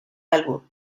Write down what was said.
álbum